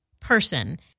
person